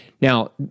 Now